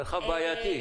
מרחב בעייתי.